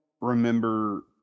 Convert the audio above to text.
remember